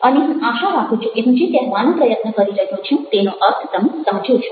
અને હું આશા રાખું છું કે હું જે કહેવાનો પ્રયત્ન કરી રહ્યો છું તેનો અર્થ તમે સમજો છો